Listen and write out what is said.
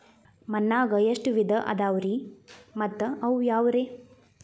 ಮಣ್ಣಾಗ ಎಷ್ಟ ವಿಧ ಇದಾವ್ರಿ ಮತ್ತ ಅವು ಯಾವ್ರೇ?